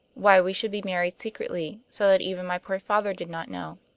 why we should be married secretly, so that even my poor father did not know.